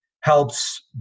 helps